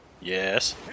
Yes